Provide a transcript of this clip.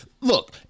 Look